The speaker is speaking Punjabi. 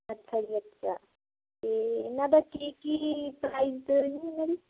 ਅੱਛਾ ਜੀ ਅੱਛਾ ਅਤੇ ਇਨ੍ਹਾਂ ਦਾ ਕੀ ਕੀ ਪ੍ਰਾਈਜ